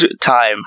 time